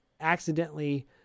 accidentally